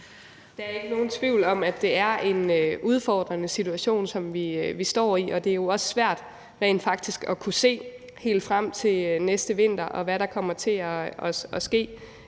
Der er ikke nogen tvivl om, at det er en udfordrende situation, som vi står i, og det er jo rent faktisk også svært at kunne se helt frem til næste vinter, og hvad der præcis kommer til at ske